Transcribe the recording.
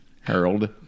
Harold